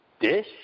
dish